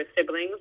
siblings